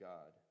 God